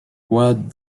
what